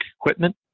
equipment